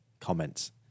comments